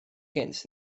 gynt